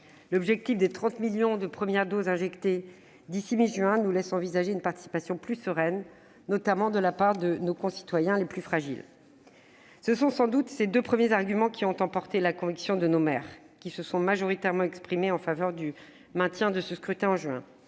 L'objectif des 30 millions de premières doses injectées d'ici à la mi-juin nous laisse envisager une participation plus sereine, notamment de la part de nos concitoyens les plus fragiles. Ces deux premiers arguments ont sans doute emporté la conviction des maires, qui se sont majoritairement exprimés en faveur du maintien du scrutin en juin.